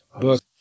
book